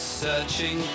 searching